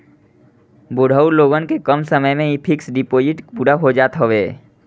बुढ़ऊ लोगन के कम समय में ही फिक्स डिपाजिट पूरा हो जात हवे